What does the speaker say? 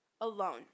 alone